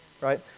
right